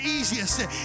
easiest